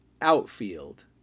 Outfield